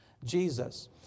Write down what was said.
Jesus